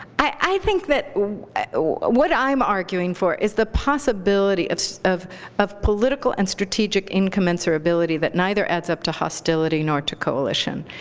i think that what i'm arguing for is the possibility of of political and strategic incommensurability that neither adds up to hostility nor to coalition,